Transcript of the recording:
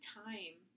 time